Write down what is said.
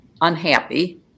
Unhappy